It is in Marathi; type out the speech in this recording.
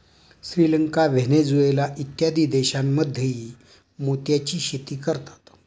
श्रीलंका, व्हेनेझुएला इत्यादी देशांमध्येही मोत्याची शेती करतात